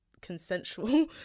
consensual